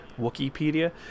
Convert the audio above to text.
Wikipedia